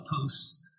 posts